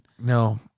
No